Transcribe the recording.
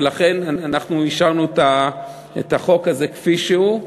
ולכן אנחנו אישרנו את החוק הזה כפי שהוא.